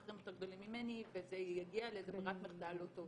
אחרים יותר גדולים ממני וזה יגיע לברירת מחדל לא טובה.